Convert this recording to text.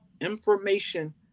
information